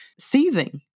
seething